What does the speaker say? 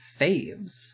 faves